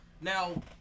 Now